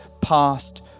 past